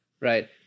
Right